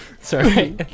Sorry